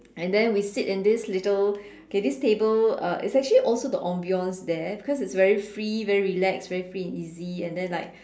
and then we sit in this little okay this table uh it's actually also the ambiance there because it's very free very relaxed very free and easy and then like